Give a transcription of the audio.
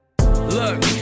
Look